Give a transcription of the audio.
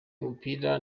umupira